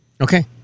Okay